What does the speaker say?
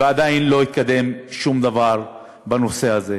ועדיין לא התקדם שום דבר בנושא זה.